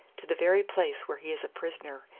to the very place where he is a prisoner,